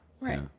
right